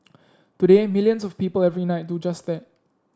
today millions of people every night do just that